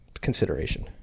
consideration